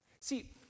See